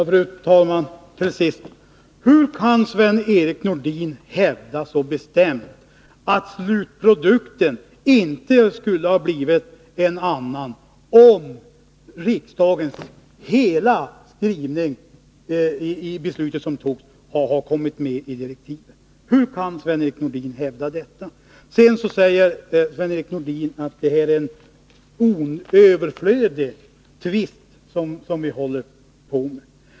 Fru talman! Hur kan Sven-Erik Nordin hävda så bestämt att slutprodukten inte skulle ha blivit en annan, om riksdagens hela skrivning i det beslut som fattades hade kommit med i direktiven? Hur kan Sven-Erik Nordin hävda detta? Sven-Erik Nordin säger att detta är en överflödig tvist.